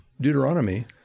Deuteronomy